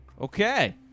Okay